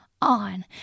on